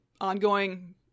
ongoing